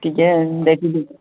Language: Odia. ଟିକେ ଦେଖି ଦେଖିକି